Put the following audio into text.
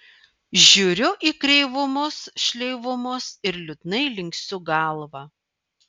žiūriu į kreivumus šleivumus ir liūdnai linksiu galvą